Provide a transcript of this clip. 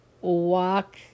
walk